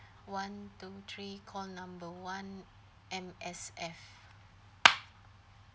one two three call number one M_S_F